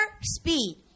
speed